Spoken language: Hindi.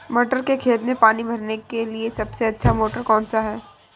मटर के खेत में पानी भरने के लिए सबसे अच्छा मोटर कौन सा है?